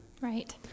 Right